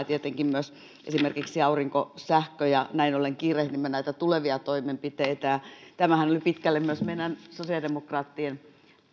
tietenkin myös esimerkiksi aurinkosähkö ja näin ollen kiirehdimme näitä tulevia toimenpiteitä tämähän oli pitkälle myös meidän sosiaalidemokraattien esitys ja